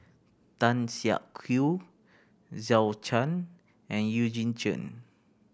Tan Siak Kew Zhou Can and Eugene Chen